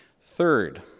Third